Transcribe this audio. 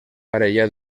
parella